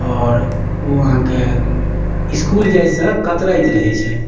आओर ओ अहाँके इसकुल जाइसँ कतराइत रहै छथि